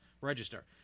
register